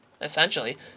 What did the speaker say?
essentially